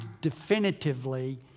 definitively